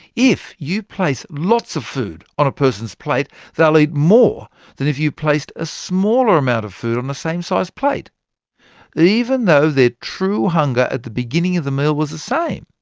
if you place lots of food on a person's plate, they'll eat more than if you placed a smaller amount of food on the same size plate even though their true hunger at the beginning of the meal was the same.